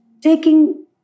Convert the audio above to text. Taking